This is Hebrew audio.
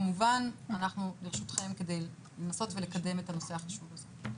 כמובן שאנחנו לרשותכם כדי לנסות לקדם את הנושא החשוב הזה.